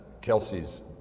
Kelsey's